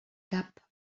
cap